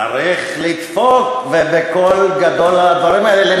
צריך לדפוק בקול גדול על הדברים האלה.